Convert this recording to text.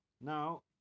Now